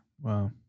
Wow